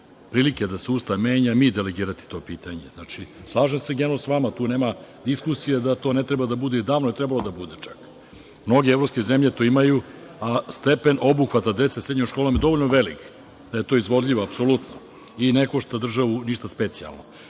prilike da se Ustav menja, mi delegirati to pitanje. Slažem se, generalno, sa vama, tu nema diskusije da to ne treba da bude i davno je trebalo da bude čak. Mnoge evropske zemlje to imaju, a stepen obuhvata dece srednjom školom je dovoljno velik da je to izvodljivo apsolutno i ne košta državu ništa specijalno. Kada